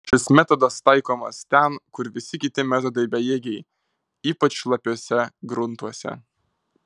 šis metodas taikomas ten kur visi kiti metodai bejėgiai ypač šlapiuose gruntuose